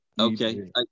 Okay